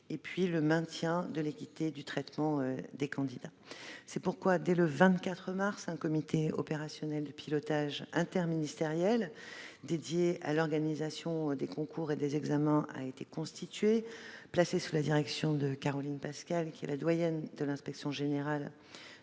et le maintien de l'équité du traitement des candidats. Dès le 24 mars, un comité opérationnel de pilotage interministériel consacré à l'organisation des concours et des examens a été constitué, placé sous la direction de Caroline Pascal, doyenne de l'inspection générale